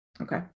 Okay